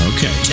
Okay